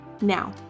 Now